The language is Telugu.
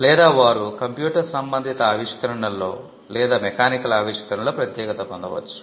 లేదా వారు కంప్యూటర్ సంబంధిత ఆవిష్కరణలలో లేదా మెకానికల్ ఆవిష్కరణలలో ప్రత్యేకత పొందవచ్చు